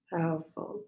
Powerful